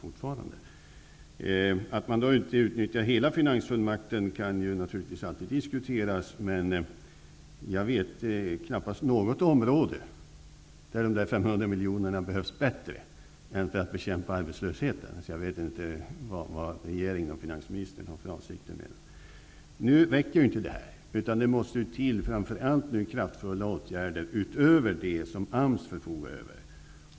Att regeringen inte utnyttjar hela finansfullmakten kan naturligtvis alltid diskuteras. Men jag vet knappast något område där dessa 500 miljoner behövs bättre än till att bekämpa arbetslösheten. Nu vet jag inte vad regeringen och finansministern har för avsikter med detta. Detta räcker nu inte. Det måste framför allt till kraftfulla åtgärder utöver dem som AMS förfogar över.